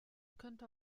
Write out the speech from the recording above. könnte